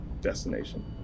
destination